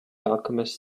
alchemist